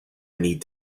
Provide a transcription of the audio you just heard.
need